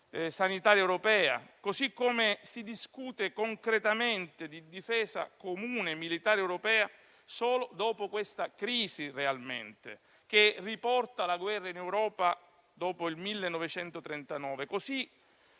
sanitaria europea. Così come si discute concretamente di difesa comune militare europea solo dopo questa crisi, che riporta la guerra in Europa dopo il 1939. Allo